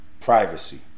Privacy